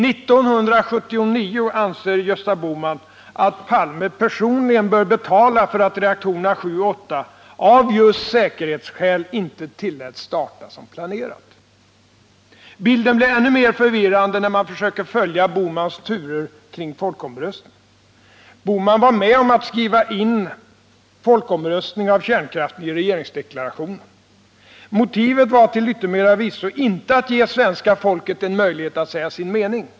1979 anser Gösta Bohman att Olof Palme personligen bör betala för att reaktorerna 7 och 8 av just säkerhetsskäl inte tilläts starta som planerat. Bilden blir ännu mer förvirrande när man försöker följa Gösta Bohmans turer kring folkomröstningen. Gösta Bohman var med om att skriva in folkomröstning om kärnkraften i regeringsdeklarationen. Motivet var till yttermera visso inte att ge svenska folket en möjlighet att säga sin mening.